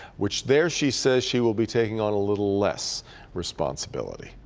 which there she says she will be taking on a little less responsibility.